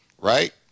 right